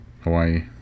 Hawaii